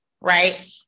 right